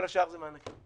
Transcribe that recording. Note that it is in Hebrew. כל השאר זה מענקים.